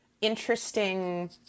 interesting